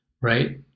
right